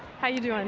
how you doing?